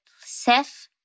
Seth